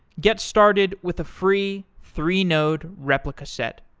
get started with a free three-node replica set,